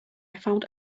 found